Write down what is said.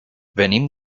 venim